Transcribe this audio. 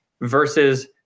versus